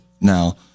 now